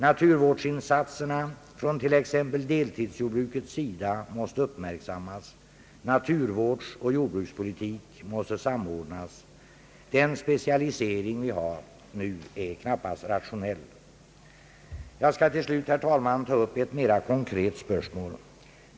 Naturvårdsinsatserna från t.ex. deltidsjordbrukets sida måste uppmärksammas. Naturvårdsoch jordbrukspolitik måste samordnas. Den specialisering vi nu har är knappast rationell. Jag skall till slut, herr talman, ta upp ett mera konkreta spörsmål.